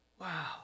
Wow